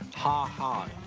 ha ha.